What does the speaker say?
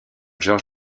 george